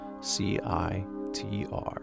CITR